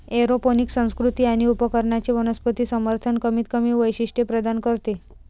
aeroponic संस्कृती आणि उपकरणांचे वनस्पती समर्थन कमीतकमी वैशिष्ट्ये प्रदान करते